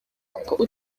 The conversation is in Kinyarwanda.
kuko